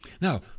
Now